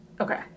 Okay